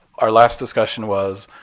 our last discussion was